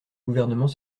gouvernement